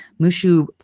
mushu